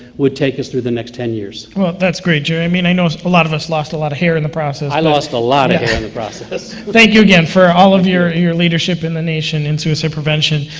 would take us through the next ten years. well, that's great, jerry. i mean, i noticed a lot of us lost a lot of hair in the process, but i lost a lot of hair in the process. thank you again for all of your your leadership in the nation in suicide prevention.